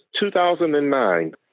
2009